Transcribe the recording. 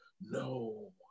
No